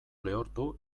lehortu